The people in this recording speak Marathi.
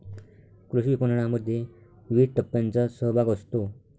कृषी विपणनामध्ये विविध टप्प्यांचा सहभाग असतो